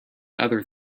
other